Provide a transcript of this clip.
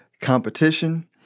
competition